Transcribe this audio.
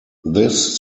this